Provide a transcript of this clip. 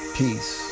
peace